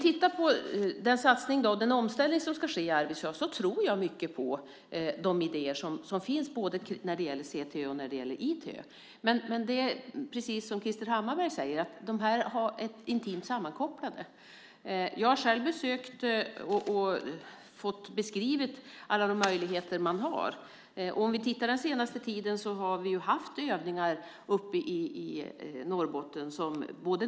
När det gäller den omställning som ska ske i Arvidsjaur tror jag mycket på de idéer som finns när det gäller både CTÖ och ITÖ. Men precis som Krister Hammarbergh säger är de intimt sammankopplade. Jag har själv gjort ett besök och fått beskrivet alla möjligheter man har. Under den senaste tiden har man haft övningar uppe i Norrbotten.